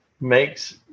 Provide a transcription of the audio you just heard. makes